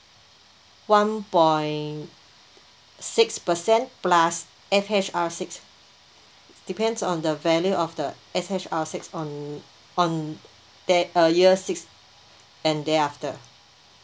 one point six percent plus F H R six depends on the value of the F H R uh six on on that uh year six and thereafter